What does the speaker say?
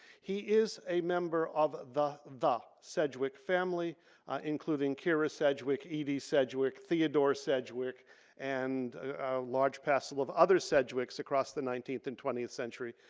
he is a member the, the sedgwick family including kyra sedgwick, edie sedgwick, theodore sedgwick and a large passel of other sedgwicks across the nineteenth and twentieth century.